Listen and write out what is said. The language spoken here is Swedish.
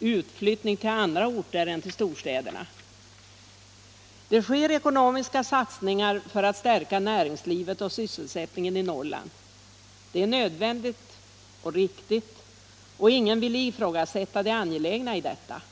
utflyttning till andra orter än storstäder. Det sker ekonomiska satsningar för att stärka näringslivet och sysselsättningen i Norrland. Det är nödvändigt och riktigt, och ingen vill ifrågasätta det angelägna i detta.